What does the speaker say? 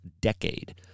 decade